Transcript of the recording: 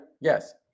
yes